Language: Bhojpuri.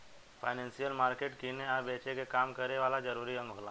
फाइनेंसियल मार्केट किने आ बेचे के काम करे वाला जरूरी अंग होला